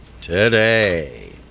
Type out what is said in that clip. today